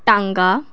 ਟਾਂਗਾ